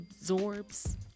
absorbs